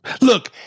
Look